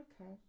Okay